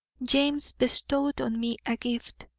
james bestowed on me a gift.